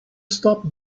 stop